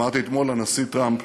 אמרתי אתמול לנשיא טראמפ